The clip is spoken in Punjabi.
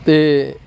ਅਤੇ